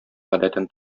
гадәтен